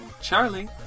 Charlie